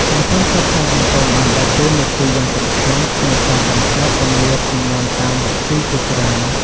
ប្រព័ន្ធផ្សព្វផ្សាយសង្គមបានដើរតួនាទីយ៉ាងសំខាន់ក្នុងការបង្កើតគម្លាតជំនាន់តាមវិធីជាច្រើន។